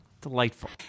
Delightful